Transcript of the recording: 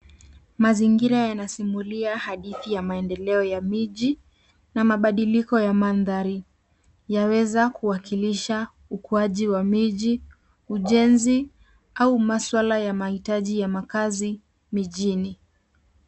Mazingira yanasimulia hadithi ya maendeleo ya miji, na mabadiliko ya mandhari. Yaweza kuwakilisha ukuaji wa miji, ujenzi, au masuala ya mahitaji ya makazi, mijini.